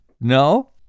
No